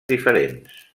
diferents